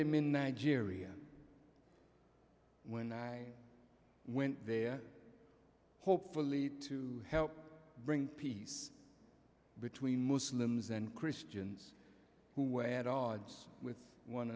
him in nigeria when i went there hopefully to help bring peace between muslims and christians who were at odds with one